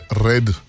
red